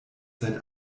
seit